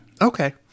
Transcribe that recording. Okay